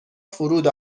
فرود